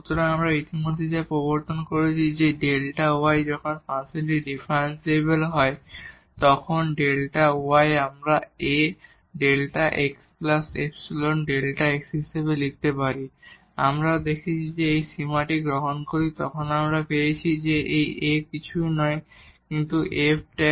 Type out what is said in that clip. সুতরাং আমরা ইতিমধ্যেই যা প্রবর্তন করেছি যে Δ y যখন ফাংশনটি ডিফারেনশিবল হয় তখন Δ y আমরা A Δ xϵ Δ x হিসাবে লিখতে পারি এবং আমরাও দেখেছি যে যখন আমরা এই সীমাটি গ্রহণ করি তখন আমরা পেয়েছি যে এই A কিছুই নয় কিন্তু f